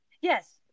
Yes